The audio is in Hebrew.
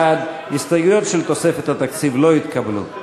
61. ההסתייגויות של תוספת התקציב לא התקבלו.